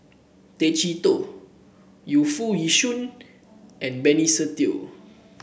Tay Chee Toh Yu Foo Yee Shoon and Benny Se Teo